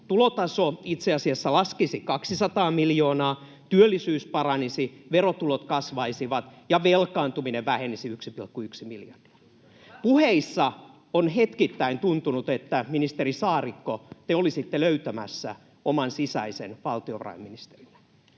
Tulotaso itse asiassa laskisi 200 miljoonaa, työllisyys paranisi, verotulot kasvaisivat ja velkaantuminen vähenisi 1,1 miljardia. Puheissa on hetkittäin tuntunut, että te, ministeri Saarikko, olisitte löytämässä oman sisäisen valtiovarainministerinne,